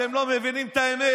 אתם לא מבינים את האמת.